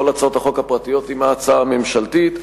הצעות החוק הפרטיות עם ההצעה הממשלתית.